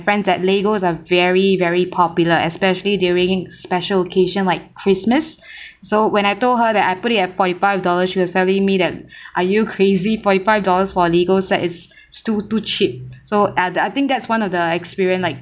friends that Lego are very very popular especially during special occasion like christmas so when I told her that I put it at forty five dollars she was telling me that are you crazy forty five dollars for a Lego set is too too cheap so I I think that's one of the experience like